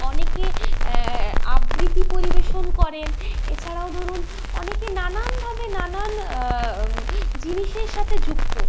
অনেকে আবৃত্তি পরিবেশন করেন এছাড়াও ধরুন অনেকে নানানভাবে নানান জিনিসের সাথে যুক্ত